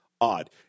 odd